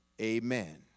Amen